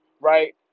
right